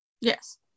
Yes